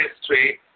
history